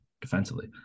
defensively